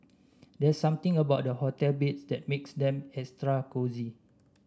there's something about hotel beds that makes them extra cosy